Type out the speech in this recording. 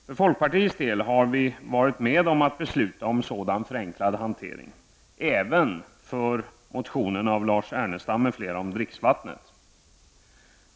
För folkpartiets del har vi varit med om att besluta om en sådan förenklad hantering, även för motionen av Lars Ernestam m.fl. om dricksvattnet.